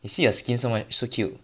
you see your skin so white so cute